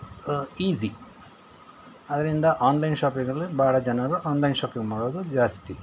easy ಆದ್ದರಿಂದ online ಶಾಪಿಂಗಲ್ಲಿ ಬಹಳ ಜನರು ಆನ್ಲೈನ್ ಶಾಪಿಂಗ್ ಮಾಡೋದು ಜಾಸ್ತಿ